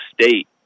State